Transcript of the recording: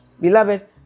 Beloved